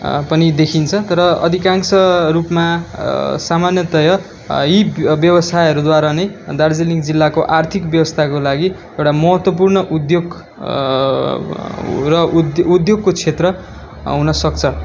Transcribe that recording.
पनि देखिन्छ तर अधिकांश रूपमा सामान्यतया यी व्यवसायहरूद्वारा नै दार्जिलिङ जिल्लाको आर्थिक व्यवस्थाको लागि एउटा महत्त्वपूर्ण उद्योग र उद् उद्योगको क्षेत्र हुनसक्छ